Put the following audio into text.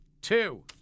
Two